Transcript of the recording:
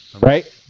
right